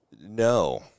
no